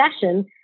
session